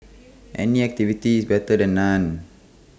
any activity is better than none